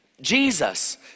Jesus